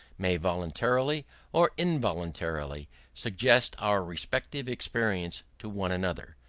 may voluntarily or involuntarily suggest our respective experience to one another,